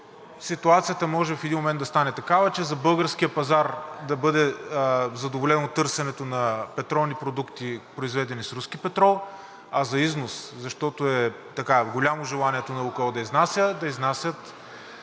ситуацията може в един момент да стане такава, че за българския пазар да бъде задоволено търсенето на петролни продукти, произведени с руски петрол, а за износ, защото желанието на „Лукойл“ да изнася